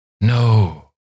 No